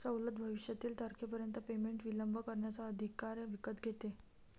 सवलत भविष्यातील तारखेपर्यंत पेमेंट विलंब करण्याचा अधिकार विकत घेते